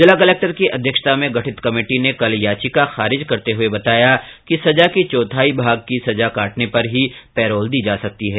जिला कलक्टर की अध्यक्षता में गठित कमेटी ने कल याचिका खारिज करते हुए बताया कि सजा के चौथाई भाग की सजा काटने पर ही पैराल दी जा सकती है